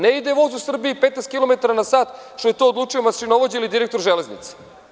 Ne ide voz u Srbiji 15 kilometara na sat, što je to odlučio mašinovođa ili direktor Železnice.